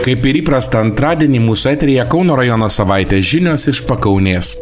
kaip ir įprasta antradienį mūsų eteryje kauno rajono savaitės žinios iš pakaunės